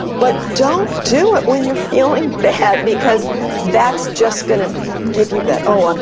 but don't do it when you're feeling bad because that's just gonna give you that, oh, um